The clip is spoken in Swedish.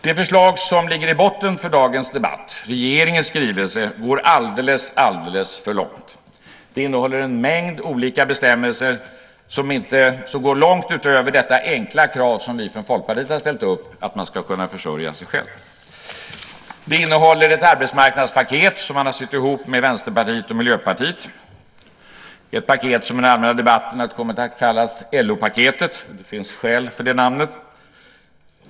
Det förslag som ligger till grund för dagens debatt, regeringens skrivelse, går alldeles, alldeles för långt. Skrivelsen innehåller en mängd olika bestämmelser som går långt utöver detta enkla krav som vi från Folkpartiet har ställt upp, att man ska kunna försörja sig själv. Det innehåller ett arbetsmarknadspaket som man har sytt ihop med Vänsterpartiet och Miljöpartiet. Det är ett paket som i den allmänna debatten har kommit att kallas LO-paketet. Det finns skäl för det namnet.